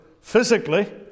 physically